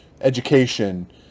education